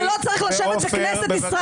מזל, לא צריכה את הציונים שלך.